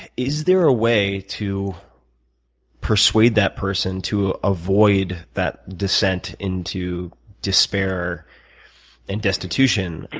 is there a way to persuade that person to avoid that descent into despair and destitution?